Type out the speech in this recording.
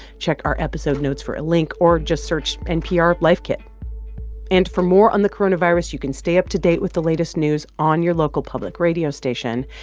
check our episode notes for a link, or just search npr life kit and for more on the coronavirus, you can stay up to date with the latest news on your local public radio station.